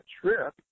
trip